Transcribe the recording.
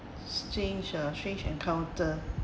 strange uh strange encounter